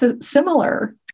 similar